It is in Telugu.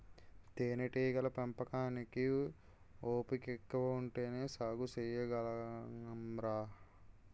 తేనేటీగల పెంపకానికి ఓపికెక్కువ ఉంటేనే సాగు సెయ్యగలంరా